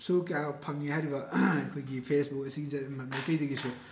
ꯁꯨ ꯀꯌꯥ ꯐꯪꯏ ꯍꯥꯏꯔꯤꯕ ꯑꯩꯈꯣꯏꯒꯤ ꯐꯦꯁꯕꯨꯛ ꯑꯁꯤꯗ ꯃꯥꯏꯀꯩꯗꯒꯤꯁꯨ